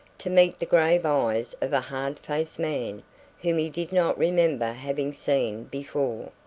to meet the grave eyes of a hard-faced man, whom he did not remember having seen before.